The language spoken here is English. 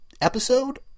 episode